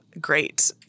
great